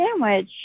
sandwich